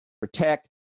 protect